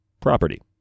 property